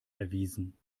erwiesen